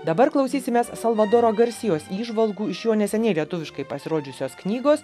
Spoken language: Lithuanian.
dabar klausysimės salvadoro garsijos įžvalgų iš jo neseniai lietuviškai pasirodžiusios knygos